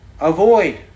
Avoid